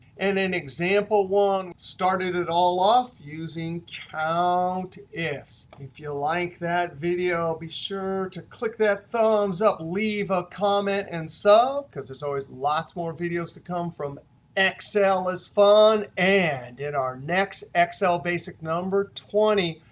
and in example one, started it all off using countifs. if if you like that video be sure to click that thumbs up. leave a comment and sub, so because there's always lots more videos to come from. excel is fun. and in our next excel basic number twenty,